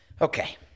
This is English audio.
Okay